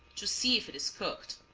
to see if it is cooked.